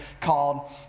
called